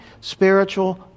spiritual